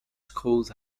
schools